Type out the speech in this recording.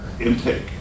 Intake